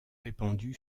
répandue